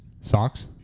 Socks